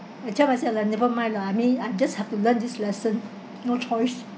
I tell myself lah never mind lah I mean I've just have to learn this lesson no choice